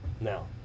now